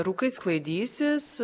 rūkai sklaidysis